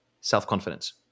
Self-confidence